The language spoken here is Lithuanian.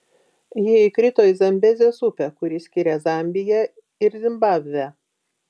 ji įkrito į zambezės upę kuri skiria zambiją ir zimbabvę